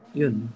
yun